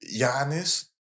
Giannis